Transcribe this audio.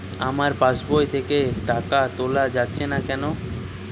আমার পাসবই থেকে টাকা তোলা যাচ্ছে না কেনো?